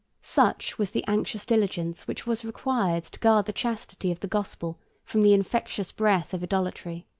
such was the anxious diligence which was required to guard the chastity of the gospel from the infectious breath of idolatry.